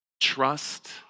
trust